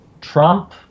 Trump